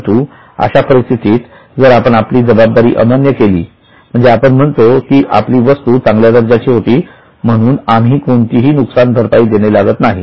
परंतु अशा परिस्थितीत जर आपण आपली जबाबदारी अमान्य केली म्हणजे आपण म्हणतो की आपली वस्तू चांगल्या दर्जाची होती म्हणून आम्ही कोणतीही नुकसान भरपाई देणे लागत नाही